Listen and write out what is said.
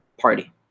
party